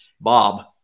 Bob